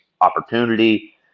opportunity